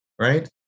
right